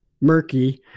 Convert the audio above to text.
murky